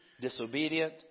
disobedient